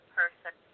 person